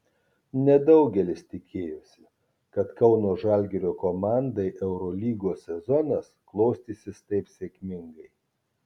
nedaugelis tikėjosi kad kauno žalgirio komandai eurolygos sezonas klostysis taip sėkmingai